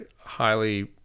highly